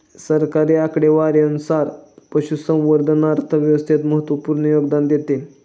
सरकारी आकडेवारीनुसार, पशुसंवर्धन अर्थव्यवस्थेत महत्त्वपूर्ण योगदान देते